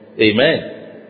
Amen